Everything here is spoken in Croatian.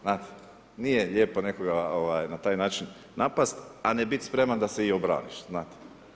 Znate nije lijepo nekoga na taj način napast, a ne biti spreman da se obraniš.